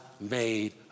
made